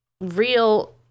real